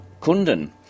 Kunden